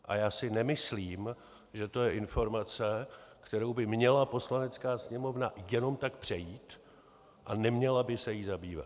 A já si nemyslím, že to je informace, kterou by měla Poslanecká sněmovna jenom tak přejít a neměla by se jí zabývat.